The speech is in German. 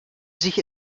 sich